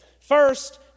First